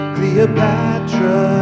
Cleopatra